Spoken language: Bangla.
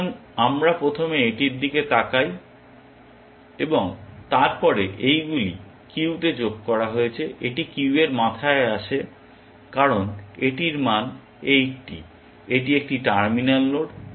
সুতরাং আমরা প্রথমে এটির দিকে তাকাই এবং তারপরে এইগুলি কিউতে যোগ করা হয়েছে এটি কিউয়ের মাথায় আসে কারণ এটির মান 80 এটি একটি টার্মিনাল নোড